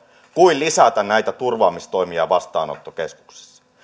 kuin lisätä näitä turvaamistoimia vastaanottokeskuksissa